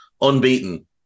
Unbeaten